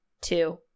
two